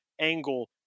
angle